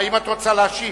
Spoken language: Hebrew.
האם את רוצה להשיב?